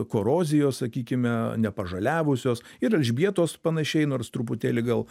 korozijos sakykime nepažaliavusios ir elžbietos panašiai nors truputėlį gal